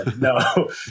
No